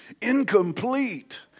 incomplete